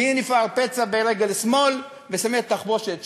והנה נפער פצע ברגל שמאל, ושמים את התחבושת שם.